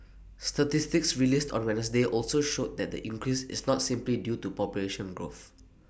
statistics released on Wednesday also showed that the increase is not simply due to population growth